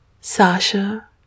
Sasha